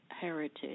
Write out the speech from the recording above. heritage